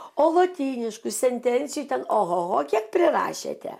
o lotyniškų sentencijų ten ohoho kiek prirašėte